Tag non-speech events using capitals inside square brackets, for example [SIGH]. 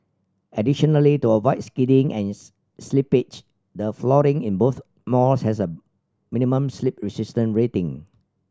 additionally to avoid skidding and [UNINTELLIGIBLE] slippage the flooring in both malls has a minimum slip resistance rating